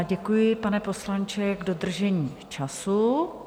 Děkuji, pane poslanče, za dodržení času.